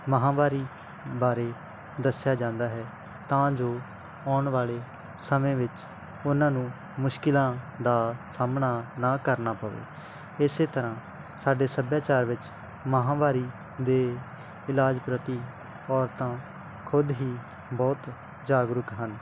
ਮਾਹਵਾਰੀ ਬਾਰੇ ਦੱਸਿਆ ਜਾਂਦਾ ਹੈ ਤਾਂ ਜੋ ਆਉਣ ਵਾਲੇ ਸਮੇਂ ਵਿੱਚ ਉਹਨਾਂ ਨੂੰ ਮੁਸ਼ਕਿਲਾਂ ਦਾ ਸਾਹਮਣਾ ਨਾ ਕਰਨਾ ਪਵੇ ਇਸ ਤਰ੍ਹਾਂ ਸਾਡੇ ਸੱਭਿਆਚਾਰ ਵਿੱਚ ਮਾਹਵਾਰੀ ਦੇ ਇਲਾਜ ਪ੍ਰਤੀ ਔਰਤਾਂ ਖੁਦ ਹੀ ਬਹੁਤ ਜਾਗਰੂਕ ਹਨ